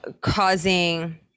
causing